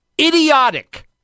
Idiotic